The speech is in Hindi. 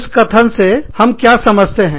इस कथन से हम क्या समझते हैं